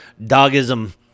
dogism